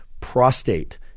prostate